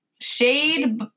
shade